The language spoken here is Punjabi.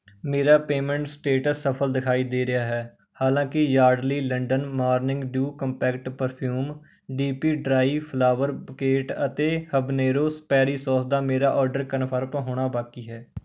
ਮੇਰਾ ਪੇਮੈਂਟਸ ਸਟੇਟਸ ਸਫਲ ਦਿਖਾਈ ਦੇ ਰਿਹਾ ਹੈ ਹਾਲਾਂਕਿ Yardley London morning dew compact perfume DP dry flower bucket ਅਤੇ ਹਬਨੇਰੋਸ ਪੈਰੀ ਸੌਸ ਦਾ ਮੇਰਾ ਆਰਡਰ ਕਨਫਰਮ ਹੋਣਾ ਬਾਕੀ ਹੈ